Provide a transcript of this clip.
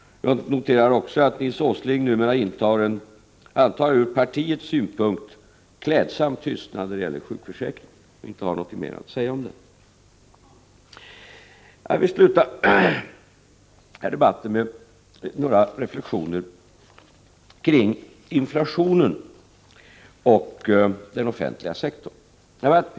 Jag noterar också att Nils Åsling numera iakttar en — jag antar ur partiets synvinkel klädsam — tystnad när det gäller sjukförsäkringen och inte har något mer att säga om den. Jag vill sluta den här debatten med några reflexioner om inflationen och den offentliga sektorn.